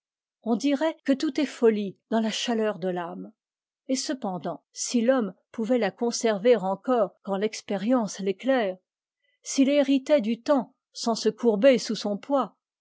on dirait que tout est folie dans la chaleur de l'âme et cependant si l'homme pouvait la conserver encore quand l'expérience l'éclaire s'il héritait du temps sans se courber sous son poids